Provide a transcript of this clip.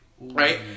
right